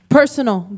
personal